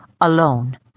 alone